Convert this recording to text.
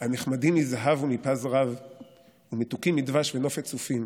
"הנחמדים מזהב ומפז רב ומתוקים מדבש וְנֹפֶת צוּפִים",